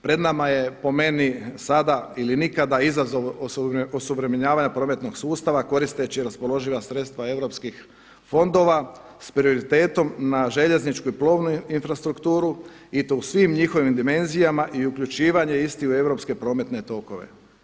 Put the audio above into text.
Pred nama je po meni sada ili nikada izazov osuvremenjavanja prometnog sustava koristeći raspoloživa sredstva europskih fondova s prioritetom na željezničku i plovnu infrastrukturu i to u svim njihovim dimenzijama i uključivanje istih u europske prometne tokove.